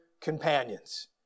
companions